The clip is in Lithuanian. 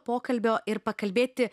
pokalbio ir pakalbėti